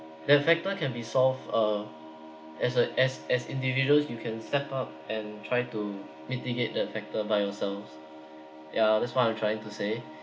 that factor can be solved uh as a as as individuals you can step up and try to mitigate the factor by yourselves yeah that's what I'm trying to say